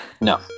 No